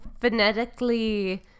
phonetically